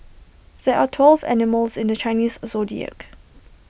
there are twelve animals in the Chinese Zodiac